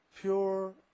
pure